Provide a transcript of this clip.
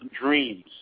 Dreams